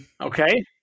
Okay